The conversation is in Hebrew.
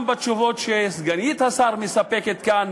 וגם בתשובות שסגנית השר מספקת כאן